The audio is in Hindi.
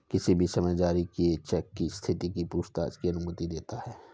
किसी भी समय जारी किए चेक की स्थिति की पूछताछ की अनुमति देता है